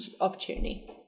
opportunity